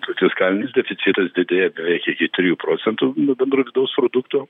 fiskalinis deficitas didėja beveik iki trijų procentų nuo bendro vidaus produkto